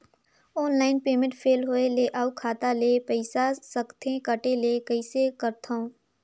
Online payment fail होय ले अउ खाता ले पईसा सकथे कटे ले कइसे करथव?